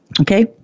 Okay